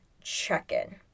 check-in